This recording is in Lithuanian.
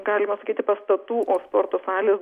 galima sakyti pastatų o sporto salės